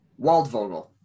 Waldvogel